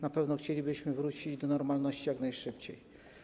Na pewno chcielibyśmy wrócić do normalności jak najszybciej.